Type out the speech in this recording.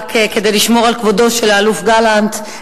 רק כדי לשמור על כבודו של האלוף גלנט,